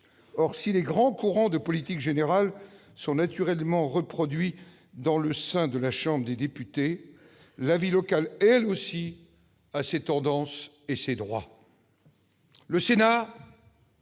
Or, si les grands courants de politique générale sont naturellement reproduits dans le sein de la Chambre des Députés, la vie locale, elle aussi, a ses tendances et ses droits. » Le Sénat